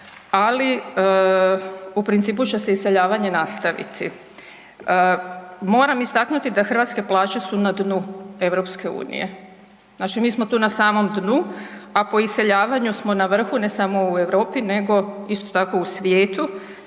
ali u principu će se iseljavanje nastaviti. Moram istaknuti da hrvatske plaće su na dnu EU, znači mi smo tu na samom dnu, a po iseljavanju smo na vrhu, ne samo u Europi nego isto tako u svijetu.